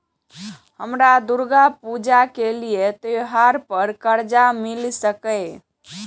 हमरा दुर्गा पूजा के लिए त्योहार पर कर्जा मिल सकय?